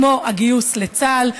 כמו הגיוס לצה"ל.